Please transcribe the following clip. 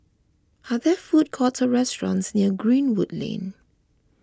are there food courts or restaurants near Greenwood Lane